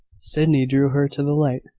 sydney drew her to the light,